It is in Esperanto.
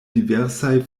diversaj